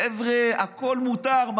חבר'ה, הכול מותר.